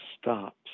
stops